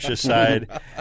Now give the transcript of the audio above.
side